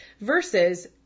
versus